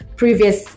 previous